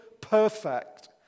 perfect